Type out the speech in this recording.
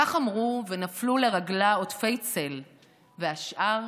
// כך יאמרו ונפלו לרגלה עוטפי צל / והשאר